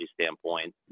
standpoint